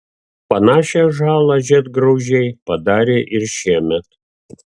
panašią žalą žiedgraužiai padarė ir šiemet